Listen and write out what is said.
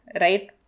Right